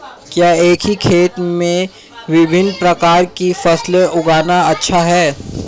क्या एक ही खेत में विभिन्न प्रकार की फसलें उगाना अच्छा है?